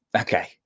okay